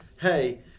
Hey